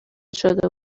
شده